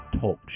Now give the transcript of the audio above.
Talk